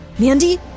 Mandy